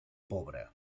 pobre